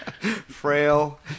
Frail